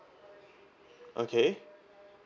okay